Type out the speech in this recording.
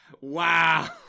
Wow